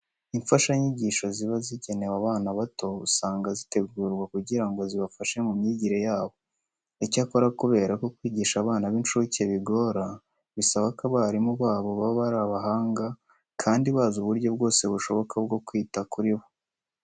Imfashanyigisho ziba zigenewe abana bato usanga zitegurwa kugira ngo zibafashe mu myigire yabo. Icyakora kubera ko kwigisha abana b'incuke bigora, bisaba ko abarimu babo baba ari abahanga kandi bazi uburyo bwose bushoboka bwo kwita kuri bo.